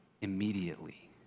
immediately